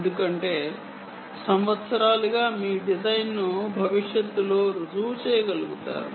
ఎందుకంటే సంవత్సరాలుగా మీ డిజైన్ను భవిష్యత్తులో రుజువు చేయగలుగుతారు